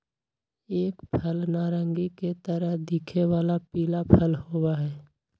एक फल नारंगी के तरह दिखे वाला पीला फल होबा हई